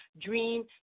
Dream